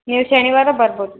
ನೀವು ಶನಿವಾರ ಬರ್ಬೋದು